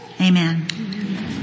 Amen